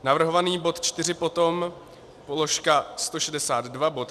Navrhovaný bod čtyři potom položka 162 bod